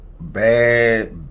bad